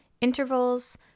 intervals